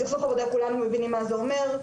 סכסוך עבודה כולנו מבינים מה זה אומר.